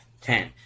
ten